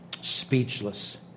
speechless